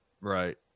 Right